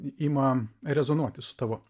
ima rezonuoti su tavo